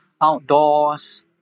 outdoors